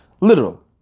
literal